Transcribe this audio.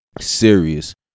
serious